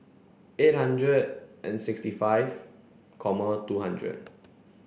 eight hundred and sixty five comma two hundred